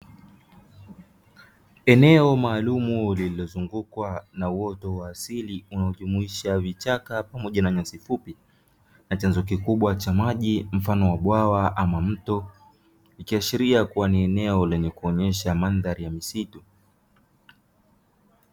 Eneo maalumu lililozungukwa na uoto wa asili unaojumuisha vichaka pamoja na nyasi fupi, na chanzo kikubwa cha maji mfano wa bwawa ama mto, ikiashiria kuwa ni eneo lenye kuonyesha mandhari ya msitu.